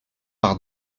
par